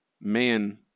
man